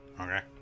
Okay